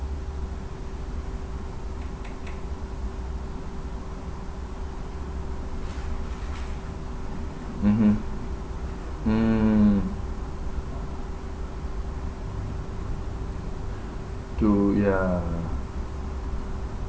mmhmm mm to ya